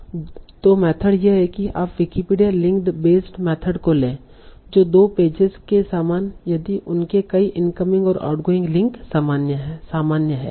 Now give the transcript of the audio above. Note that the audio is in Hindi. तों मेथड यह है कि आप विकिपीडिया लिंक बेस्ड मेथड को लें जो दो पेजेज के समान है यदि उनके कई इनकमिंग और आउटगोइंग लिंक सामान्य हैं